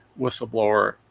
whistleblower